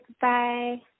Bye